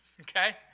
Okay